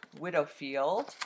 Widowfield